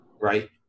Right